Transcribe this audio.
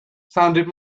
sounded